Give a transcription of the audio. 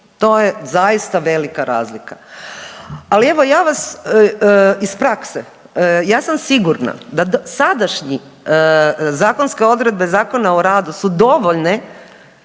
To je zaista velika razlika. Ali evo ja vas iz prakse ja sam sigurna da sadašnje zakonske odredbe Zakona o radu su dovoljne